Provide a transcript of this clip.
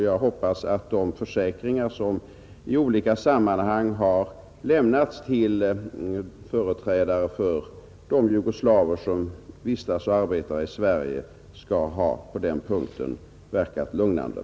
Jag hoppas att de försäkringar som i olika sammanhang har lämnats till företrädare för de jugoslaver som vistas och arbetar i Sverige skall ha verkat lugnande på den punkten.